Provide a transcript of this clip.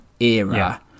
era